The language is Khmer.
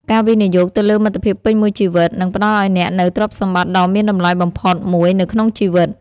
ការវិនិយោគទៅលើមិត្តភាពពេញមួយជីវិតនឹងផ្តល់ឲ្យអ្នកនូវទ្រព្យសម្បត្តិដ៏មានតម្លៃបំផុតមួយនៅក្នុងជីវិត។